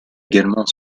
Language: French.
également